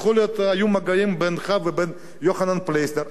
יכול להיות שהיו מגעים בינך לבין יוחנן פלסנר,